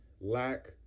lack